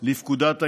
לפקודת העיריות,